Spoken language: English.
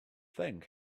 thank